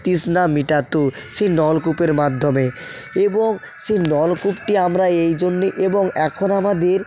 তৃষ্ণা মেটাতো সেই নলকূপের মাধ্যমে এবং সেই নলকূপটি আমরা এই জন্য এবং এখন আমাদের